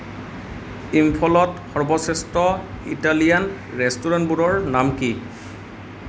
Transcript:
ইম্ফলত সৰ্বশ্ৰেষ্ঠ ইটালিয়ান ৰেষ্টুৰেণ্টবোৰৰ নাম কি